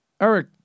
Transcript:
Eric